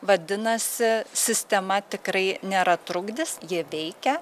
vadinasi sistema tikrai nėra trukdis ji veikia